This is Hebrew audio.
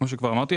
כמו שכבר אמרתי,